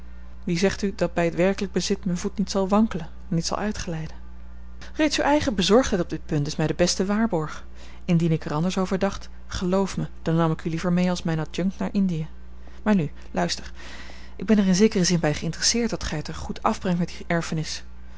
wie zegt u dat bij t werkelijk bezit mijn voet niet zal wankelen niet zal uitglijden reeds uwe eigen bezorgdheid op dit punt is mij de beste waarborg indien ik er anders over dacht geloof mij dan nam ik u liever mee als mijn adjunct naar indië maar nu luister ik ben er in zekeren zin bij geïnteresseerd dat gij het er goed afbrengt met die erfenis